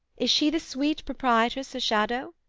is she the sweet proprietress a shadow?